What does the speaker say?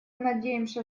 надеемся